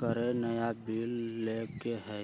कर नया बिल लय के है